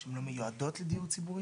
שהן לא מיועדות לדיור ציבורי?